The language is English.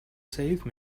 save